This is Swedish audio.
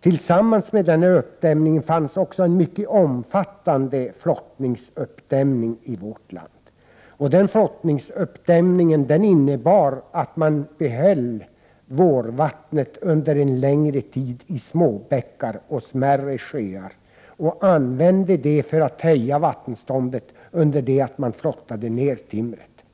Tillsammans med den uppdämningen fanns också en mycket omfattande flottningsuppdämning i vårt land. Den flottningsuppdämningen innebar att man behöll vårvattnet i småbäckar och smärre sjöar under en längre tid och använde det för att höja vattenståndet under det att man flottade ned timret.